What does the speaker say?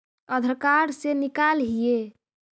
आधार card से निकाल हिऐ?